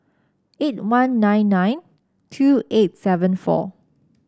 eight one nine nine two eight seven four